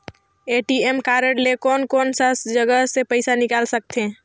ATM card ले कोन कोन सा जगह ले पइसा निकाल सकथे?